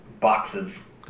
boxes